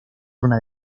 urna